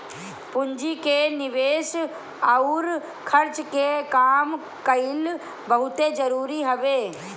पूंजी के निवेस अउर खर्च के काम कईल बहुते जरुरी हवे